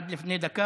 עד לפני דקה,